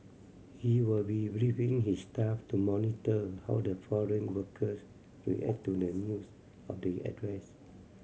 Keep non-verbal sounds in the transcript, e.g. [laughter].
he will be briefing his staff to monitor how the foreign workers react to the news of the [unintelligible]